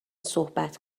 صحبت